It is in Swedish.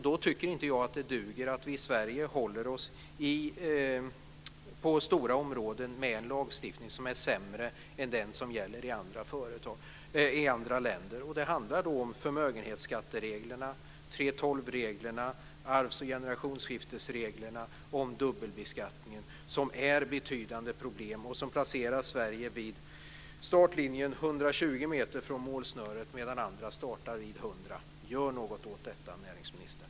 Då tycker jag inte att det duger att vi i Sverige inom stora områden håller oss med en lagstiftning som är sämre än den som gäller i andra länder. Det handlar om förmögenhetsskattereglerna, 3:12-reglerna, arvs och generationsskiftesreglerna, om dubbelbeskattningen som är betydande problem och som placerar Sverige vid startlinjen 120 meter från målsnöret, medan andra startar vid 100. Gör något åt detta, näringsministern!